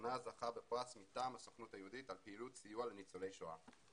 שלאחרונה זכה בפרס מטעם הסוכנות היהודית על פעילות סיוע לניצולי שואה.